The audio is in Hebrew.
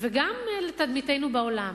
וגם לתדמיתנו בעולם.